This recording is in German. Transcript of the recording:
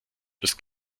ist